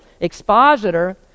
expositor